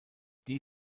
die